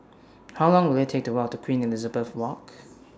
How Long Will IT Take to Walk to Queen Elizabeth Walk